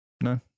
No